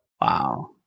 Wow